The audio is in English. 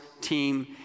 team